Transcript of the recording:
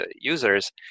users